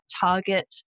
target